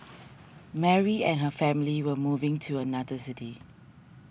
Mary and her family were moving to another city